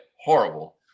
horrible